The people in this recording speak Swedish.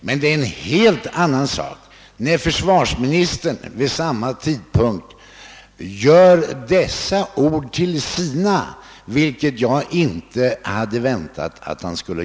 Men det är en helt annan sak när försvarsministern vid samma tidpunkt gör dessa ord till sina, vilket jag inte väntat.